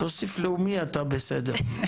תוסיף לאומי אתה בסדר.